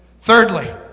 thirdly